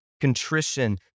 contrition